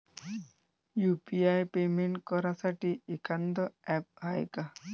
UPI payment करासाठी एखांद app हाय का?